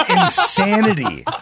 insanity